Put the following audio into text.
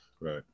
right